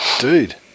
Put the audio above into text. dude